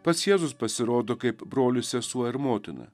pats jėzus pasirodo kaip brolis sesuo ir motina